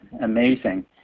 amazing